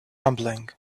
rumbling